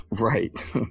Right